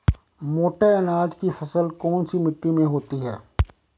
मोटे अनाज की फसल कौन सी मिट्टी में होती है?